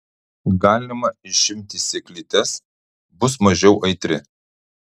galima išimti sėklytes bus mažiau aitri